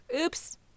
Oops